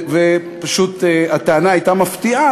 ופשוט הטענה הייתה מפתיעה,